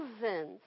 thousands